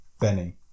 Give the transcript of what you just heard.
Benny